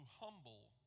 humble